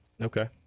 Okay